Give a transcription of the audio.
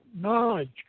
knowledge